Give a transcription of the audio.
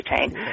chain